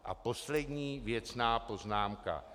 A poslední věcná poznámka.